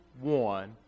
one